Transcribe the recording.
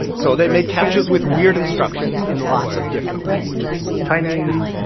so they made captchas with weird instructions in lots of different languages chinese,